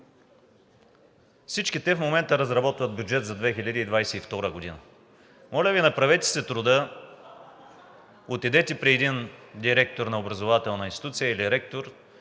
Всички те в момента разработват бюджет за 2022 г. Моля Ви, направете си труда, отидете при един директор на образователна институция или ректор